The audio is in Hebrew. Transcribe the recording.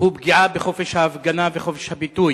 הוא פגיעה בחופש ההפגנה וחופש הביטוי.